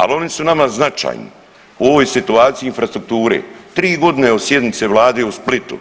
Ali oni su nama značajni u ovoj situaciji infrastrukture tri godine od sjednice Vlade u Splitu,